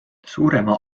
suurema